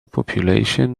population